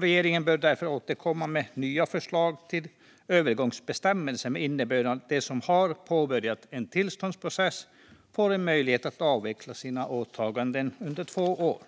Regeringen bör därför återkomma med nya förslag till övergångsbestämmelser med innebörden att de som har påbörjat en tillståndsprocess får en möjlighet att avveckla sina åtaganden under två år.